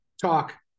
talk